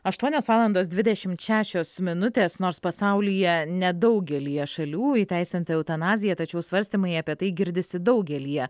aštuonios valandos dvidešimt šešios minutės nors pasaulyje nedaugelyje šalių įteisinta eutanazija tačiau svarstymai apie tai girdisi daugelyje